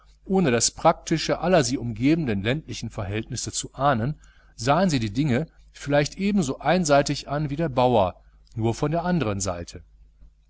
ohne das praktische aller sie umgebenden ländlichen verhältnisse zu ahnen sahen sie die dinge vielleicht ebenso einseitig an wie der bauer nur von der andern seite